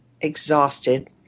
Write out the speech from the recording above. exhausted